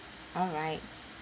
alright